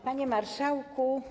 Panie Marszałku!